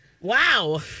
wow